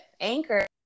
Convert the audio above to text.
Anchor